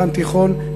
דן תיכון,